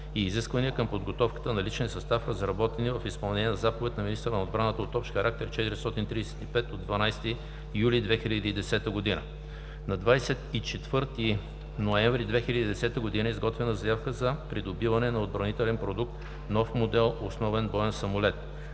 и изисквания към подготовката на личния състав“, разработени в изпълнение на заповед на министъра на отбраната № ОХ-435 от 12 юли 2010 г.; - на 24 ноември 2010 г. е изготвена Заявка за придобиване на отбранителен продукт „Нов модел основен боен самолет“;